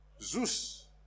Zeus